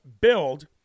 build